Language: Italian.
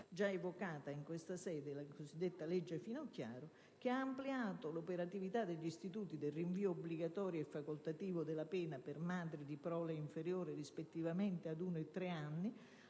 già evocata in questa sede, che ha ampliato l'operatività degli istituti del rinvio obbligatorio e facoltativo della pena per madri di prole inferiore rispettivamente ad uno e tre anni,